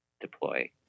deploy